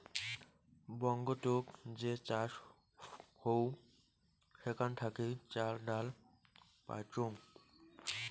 বঙ্গতুক যে চাষ হউ সেখান থাকি চাল, ডাল পাইচুঙ